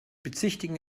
bezichtigen